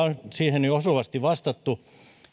on siihen jo osuvasti vastattu